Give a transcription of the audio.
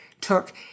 took